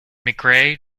mcrae